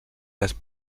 les